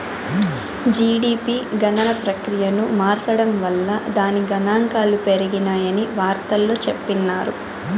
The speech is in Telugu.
జీడిపి గణన ప్రక్రియను మార్సడం వల్ల దాని గనాంకాలు పెరిగాయని వార్తల్లో చెప్పిన్నారు